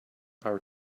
our